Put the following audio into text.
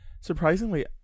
surprisingly